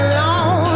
Alone